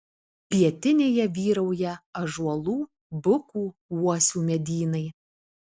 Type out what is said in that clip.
pietinėje vyrauja ąžuolų bukų uosių medynai